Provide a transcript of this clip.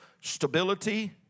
stability